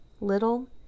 little